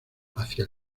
hacia